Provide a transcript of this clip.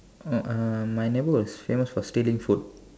uh my neighbor was famous for stealing food